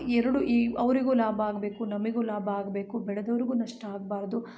ಎರಡು ಈ ಅವರಿಗು ಲಾಭ ಆಗಬೇಕು ನಮಗು ಲಾಭ ಆಗಬೇಕು ಬೆಳೆದವರಿಗು ನಷ್ಟ ಆಗಬಾರ್ದು